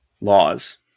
laws